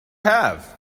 have